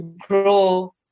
grow